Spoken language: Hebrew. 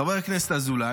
חבר הכנסת אזולאי,